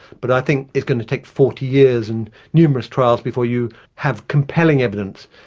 but i think it's going to take forty years and numerous trials before you have compelling evidence.